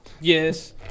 Yes